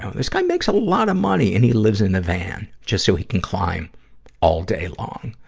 this guy makes a lot of money, and he lives in a van just so he can climb all day long.